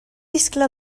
iscle